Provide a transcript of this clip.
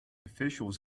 officials